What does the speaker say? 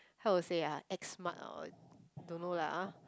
how to say ah act smart or what don't know lah